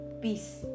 peace